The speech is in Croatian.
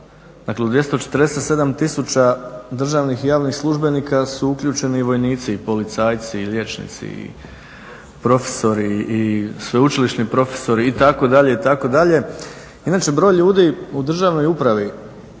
dakle 247 tisuća državnih i javnih službenika su uključeni i vojnici i policajci i liječnici i profesori i sveučilišni profesori, itd., itd. Inače broj ljudi u državnoj upravi,